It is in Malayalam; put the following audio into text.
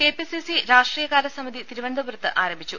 കെപിസിസി രാഷ്ട്രീയകാര്യസമിതി തിരുവനന്തപുരത്ത് ആരംഭിച്ചു